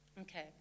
Okay